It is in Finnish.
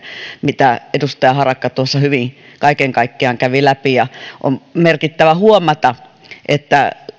mitä edustaja harakka tuossa hyvin kaiken kaikkiaan kävi läpi on merkittävää huomata että